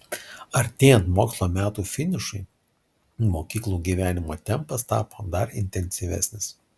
artėjant mokslo metų finišui mokyklų gyvenimo tempas tapo dar intensyvesnis